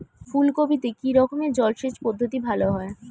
ফুলকপিতে কি রকমের জলসেচ পদ্ধতি ভালো হয়?